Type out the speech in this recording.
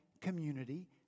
community